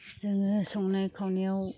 जोङो संनाय खावनायाव